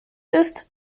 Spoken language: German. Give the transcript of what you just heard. ist